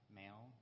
male